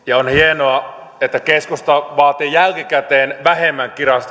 on hienoa että keskusta vaatii jälkikäteen vähemmän